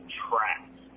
traps